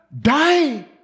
die